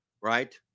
right